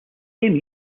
same